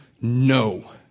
no